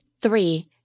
Three